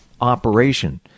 operation